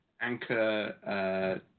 anchor